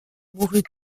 mourut